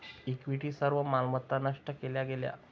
equity सर्व मालमत्ता नष्ट केल्या गेल्या